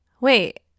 wait